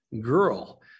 girl